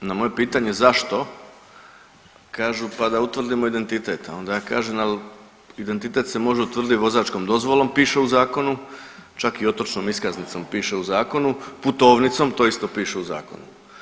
Na moje pitanje zašto, kažu pa da utvrdimo identitet, a onda ja kažem ali identitet se može utvrditi vozačkom dozvolom, čak i otočnom iskaznicom piše u zakonu, putovnicom to isto piše u zakonu.